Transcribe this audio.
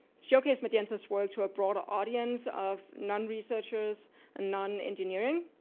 showcased magenta's work to a broader audience of non-researchers and nonengineering.